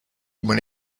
when